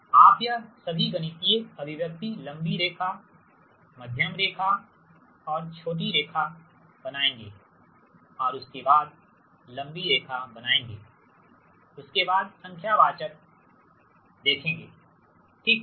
आप यह सभी गणितीय अभिव्यक्ति लंबी लाइन मध्यम लाइन और छोटी लाइन बनाएँगेमध्यम लाइन और उसके बाद लंबी लाइन बनाएँगे उसके बाद संख्यात्मक देखेंगेठीक